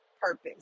purpose